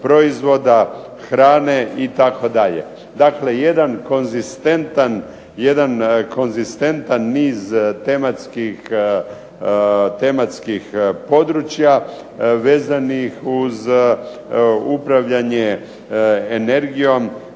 hrane itd. Dakle, jedan konzistentan niz tematskih područja vezanih uz upravljanje energijom